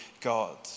God